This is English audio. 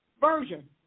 version